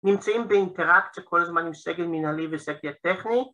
‫נמצאים באינטראקציה ‫כל הזמן עם סגל מנהלי וסגל טכני.